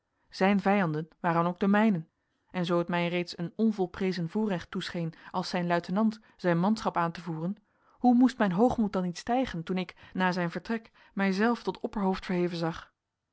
zijn vijanden waren ook de mijnen en zoo het mij reeds een onvolprezen voorrecht toescheen als zijn luitenant zijn manschap aan te voeren hoe moest mijn hoogmoed dan niet stijgen toen ik na zijn vertrek mij zelf tot opperhoofd verheven zag